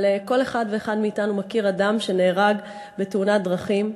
אבל כל אחד ואחד מאתנו מכיר אדם שנהרג בתאונת דרכים.